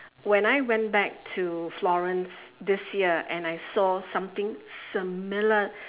when I went back to florence this year and I saw something similar